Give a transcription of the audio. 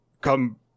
come